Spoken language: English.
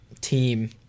team